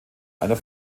einer